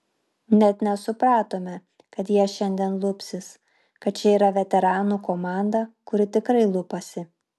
net nesupratome kad jie šiandien lupsis kad čia yra veteranų komanda kuri tikrai lupasi